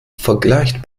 vergleicht